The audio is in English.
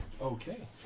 Okay